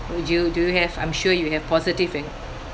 would you do you have I'm sure you have positive en~